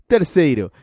Terceiro